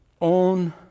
own